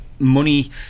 Money